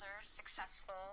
successful